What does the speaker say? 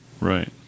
Right